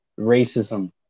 racism